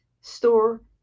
store